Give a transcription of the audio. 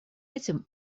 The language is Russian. этим